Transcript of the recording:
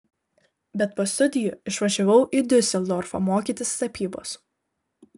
bet po studijų išvažiavau į diuseldorfą mokytis tapybos